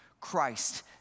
Christ